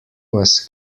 was